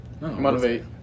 motivate